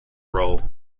role